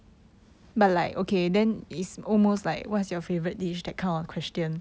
ugh